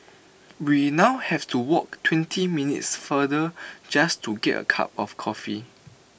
we now have to walk twenty minutes farther just to get A cup of coffee